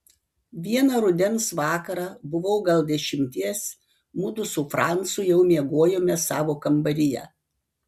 vieną rudens vakarą buvau gal dešimties mudu su francu jau miegojome savo kambaryje